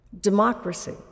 Democracy